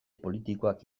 politikoak